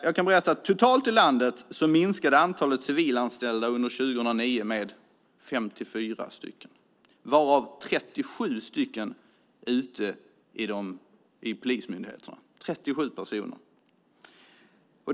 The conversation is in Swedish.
Jag kan berätta att antalet civilanställda totalt i landet under 2009 minskade med 54, varav 37 ute i polismyndigheterna.